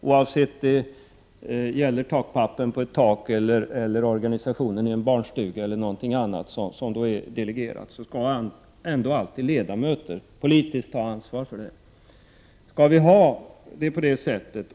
Oavsett om det gäller takpappen på ett tak, organisationen av en barnstuga eller någon annan angelägenhet som har delegerats, är det ändå alltid politiskt valda ledamöter som skall ta ansvaret.